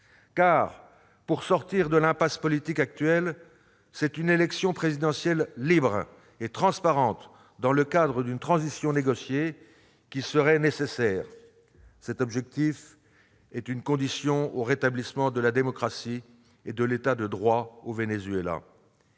Pour sortir de l'impasse politique actuelle, c'est une élection présidentielle libre et transparente, dans le cadre d'une transition négociée, qui serait nécessaire. Il s'agit là d'une condition au rétablissement de la démocratie et de l'État de droit au Venezuela.